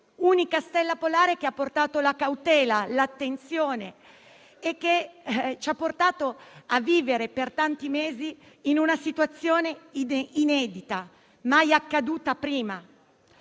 stella polare che ha portato la cautela e l'attenzione e che ci ha portato a vivere per tanti mesi in una situazione inedita, mai accaduta prima.